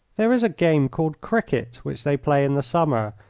there is a game called cricket which they play in the summer,